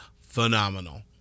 phenomenal